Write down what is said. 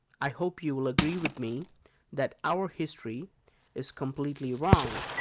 i hope you will agree with me that our history is completely wrong,